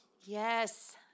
Yes